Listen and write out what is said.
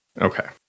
Okay